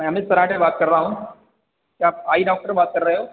मैं अमित सराडे बात कर रहा हूँ क्या आप आई डॉक्टर बात कर रहे हो